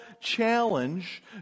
challenge